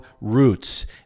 roots